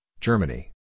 Germany